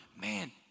man